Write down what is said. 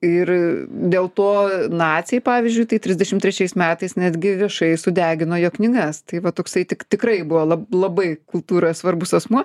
ir dėl to naciai pavyzdžiui tai trisdešimt trečiais metais netgi viešai sudegino jo knygas tai va toksai tik tikrai buvo la labai kultūra svarbus asmuo